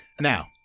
Now